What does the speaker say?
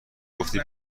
گفتی